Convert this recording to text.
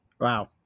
Wow